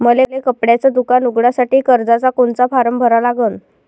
मले कपड्याच दुकान उघडासाठी कर्जाचा कोनचा फारम भरा लागन?